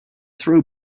throw